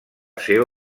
seva